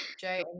Jay